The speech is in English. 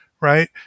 right